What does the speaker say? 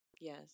Yes